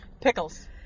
Pickles